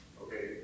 Okay